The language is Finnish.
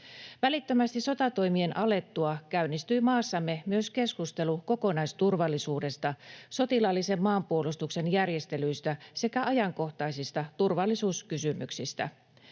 Välittömästi sotatoimien alettua käynnistyi maassamme myös keskustelu kokonaisturvallisuudesta, sotilaallisen maanpuolustuksen järjestelyistä sekä ajankohtaisista turvallisuuskysymyksistä.